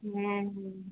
হ্যাঁ হুম